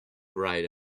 write